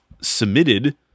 submitted